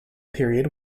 period